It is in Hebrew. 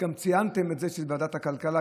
וגם ציינתם את זה שזה בוועדת כלכלה,